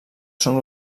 són